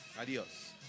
adios